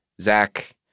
Zach